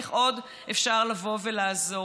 איך עוד אפשר לעזור.